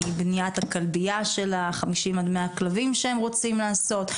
מבניית הכלביה עם 50 עד 100 כלבים שהם רוצים לעשות,